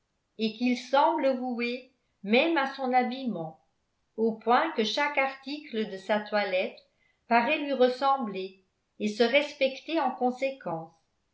et qu'il semble vouer même à son habillement au point que chaque article de sa toilette paraît lui ressembler et se respecter en conséquence